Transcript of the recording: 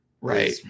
right